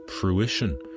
fruition